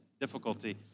difficulty